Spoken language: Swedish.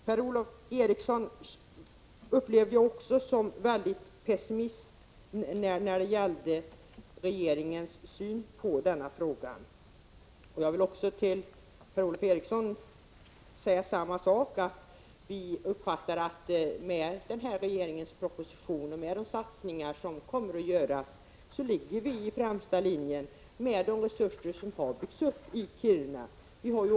Jag upplevde Per-Ola Eriksson som mycket pessimistisk när det gällde regeringens syn på den här frågan. Jag vill säga samma sak till honom: Vår uppfattning är att man i Kiruna med de satsningar som regeringens proposition innebär och med de resurser som har byggts upp kommer att ligga i främsta ledet.